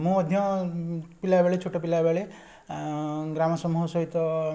ମୁଁ ମଧ୍ୟ ପିଲାବେଳେ ଛୋଟପିଲାବେଳେ ଗ୍ରାମ ସମୂହ ସହିତ